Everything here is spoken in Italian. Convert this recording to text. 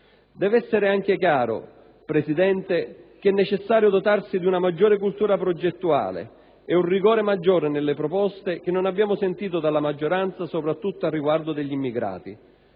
Deve essere anche chiaro, signor Presidente, che è necessario dotarsi di una maggiore cultura progettuale e di un rigore maggiore nelle proposte che non abbiamo sentito nella maggioranza, soprattutto riguardo agli immigrati.